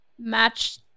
match